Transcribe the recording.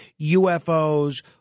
UFOs